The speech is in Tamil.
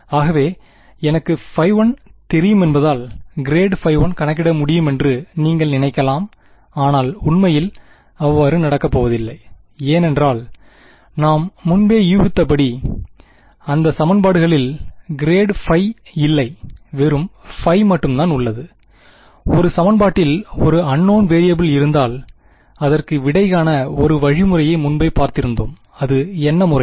ஆகவே எனக்கு 1தெரியுமென்பதால் ∇1 கணக்கிட முடியுமென்று நீங்கள் நினைக்கலாம் ஆனால் உண்மையில் அவ்வாறு நடக்கப்பபோவதில்லை ஏனென்றால் நாம் முன்பே யூகித்தபடி இந்த சமன்பாடுகளில் ∇ϕ இல்லை வெறும் ϕ மட்டும் தான் உள்ளது ஒரு சமன்பாட்டில் ஒரு அன்னோன் வேரியபிள் இருந்தால் அதற்கு விடை காண ஒரு வழிமுறையை முன்பே பார்த்திருந்தோம் அது என்ன முறை